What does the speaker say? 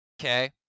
okay